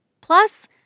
Plus